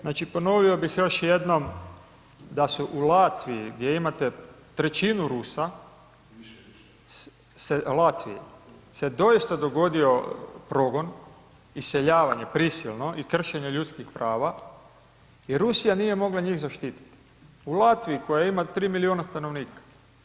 Znači, ponovio bih još jednom da su u Latviji gdje imate trećinu Rusa [[Upadica iz sabornice: Više, više]] Latvije, se doista dogodio progon, iseljavanje prisilno i kršenje ljudskih prava jer Rusija nije mogla njih zaštititi, u Latviji koja ima 3 milijuna stanovnika.